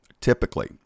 typically